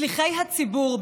שליחי הציבור,